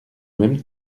même